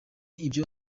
ibyo